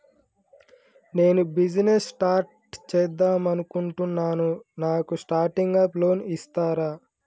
నేను business start చేద్దామనుకుంటున్నాను నాకు స్టార్టింగ్ అప్ లోన్ ఇస్తారా?